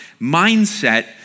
mindset